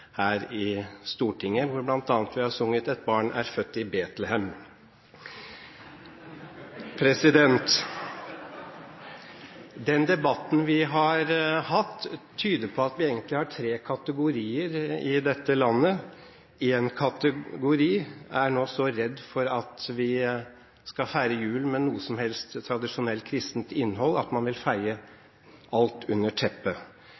har sunget «Et barn er født i Betlehem». Den debatten vi har hatt, tyder på at vi egentlig har tre kategorier i dette landet. En kategori er nå så redd for at vi skal feire jul med noe som helst tradisjonelt kristent innhold, at man vil feie alt under teppet.